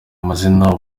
amazina